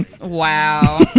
Wow